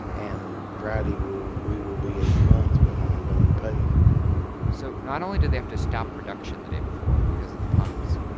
and friday we will be a month behind on pay so not only do they have to stop production the day before because of the pumps,